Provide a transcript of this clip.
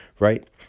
Right